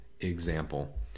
example